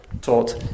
taught